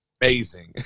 amazing